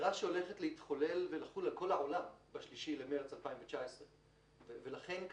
גזירה שהולכת להתחולל ולחול על כל העולם ב-3 במרס 2019. לכן,